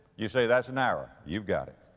you say, that's narrow. you've got it.